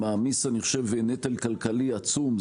נטל כלכלי עצום.